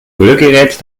rührgerät